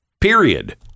period